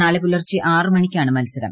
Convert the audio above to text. നാളെ പുലർച്ചെ ആറ് മണിക്കാണ് മൽസർം